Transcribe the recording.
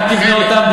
אל תבנה אותם,